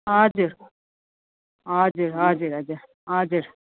हजुर हजुर हजुर हजुर हजुर